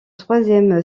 troisième